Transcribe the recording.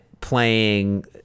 playing